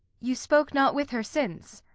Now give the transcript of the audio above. you spoke not with her since?